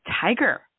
Tiger